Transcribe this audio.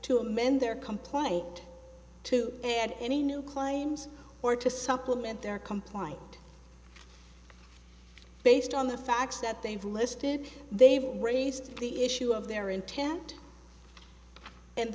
to amend their complaint to add any new claims or to supplement their compliance based on the facts that they've listed they've raised the issue of their intent and